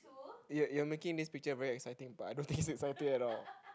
you're you're making this picture very exciting but I don't think it's exciting at all